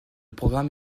programme